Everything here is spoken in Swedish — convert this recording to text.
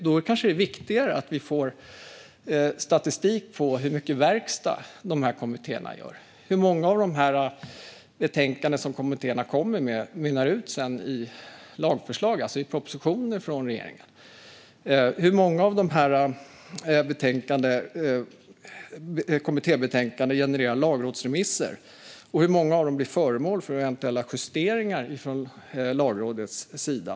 Det kanske är viktigare att vi får statistik över hur mycket verkstad det blir i de här kommittéerna. Hur många av de betänkanden som kommittéerna kommer med mynnar ut i lagförslag, alltså i propositioner från regeringen? Hur många av dessa kommittébetänkanden genererar lagrådsremisser, och hur många blir föremål för eventuella justeringar från Lagrådets sida?